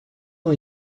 ans